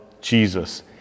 Jesus